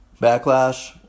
Backlash